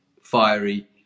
fiery